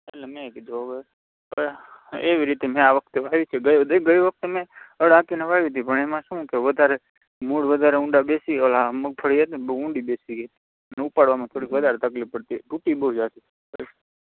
એટલે મેં કીધું હવે એવી રીતે મેં આ વખતે વાવ્યું હતું ગયું નહીં ગઈ વખતે મેં હળ હાંકીને વાવી હતી પણ એમાં શું કે વધારે મૂળ વધારે ઊંડા બેસી ઓલા મગફળી હતી ને બહુ ઊંડી બેસી ગઇ અને ઉપાડવામાં થોડીક વધારે તકલીફ પડી હતી તૂટી બહુ જતી